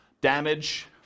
Damage